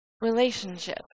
relationship